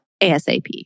ASAP